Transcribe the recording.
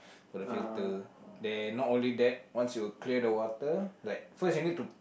for the filter then not only that once you clear the water like first you need to